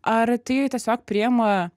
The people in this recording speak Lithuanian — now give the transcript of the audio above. ar tai tiesiog priima